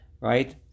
right